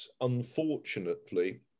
unfortunately